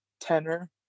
tenor